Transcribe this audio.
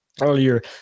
earlier